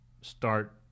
start